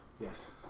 Yes